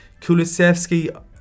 Kulisevsky